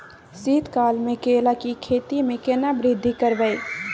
शीत काल मे केला के खेती में केना वृद्धि करबै?